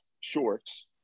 shorts